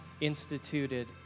instituted